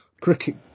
cricket